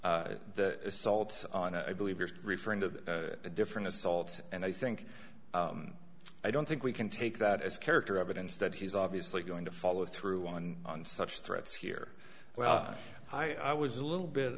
that assaults on i believe you're referring to the different assaults and i think i don't think we can take that as character evidence that he's obviously going to follow through on on such threats here well i was a little bit